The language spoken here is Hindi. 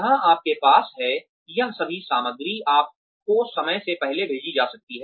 जहां आपके पास है यह सभी सामग्री आपको समय से पहले भेजी जाती है